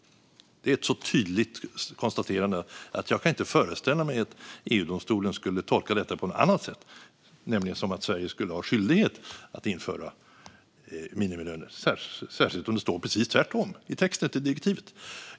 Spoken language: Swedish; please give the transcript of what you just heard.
Det är ett så tydligt konstaterande att jag inte kan föreställa mig att EU-domstolen skulle tolka det på något sätt, alltså som att Sverige skulle ha skyldighet att införa minimilöner - särskilt som det står precis tvärtom i texten till direktivet.